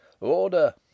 Order